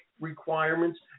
requirements